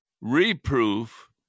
reproof